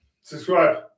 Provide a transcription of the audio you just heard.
Subscribe